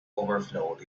overflowed